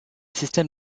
système